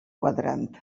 quadrant